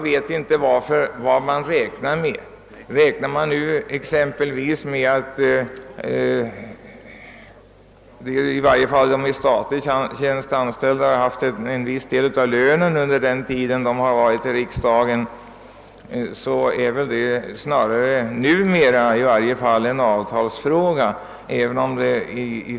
Om man räknat med att i varje fall de i statlig tjänst anställda har haft en viss del av sin lön under den tid de suttit i riksdagen, så är väl den saken numera närmast en avtalsfråga.